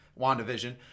WandaVision